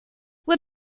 what